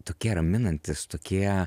tokie raminantys tokie